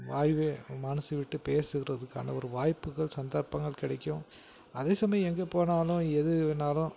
வாய்வே மனதுவிட்டு பேசுகிறதுக்கான ஒரு வாய்ப்புகள் சந்தர்ப்பங்கள் கிடைக்கும் அதே சமயம் எங்கே போனாலும் எது வேணாலும்